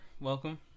Welcome